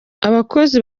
abakozi